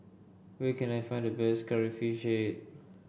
where can I find the best Curry Fish Head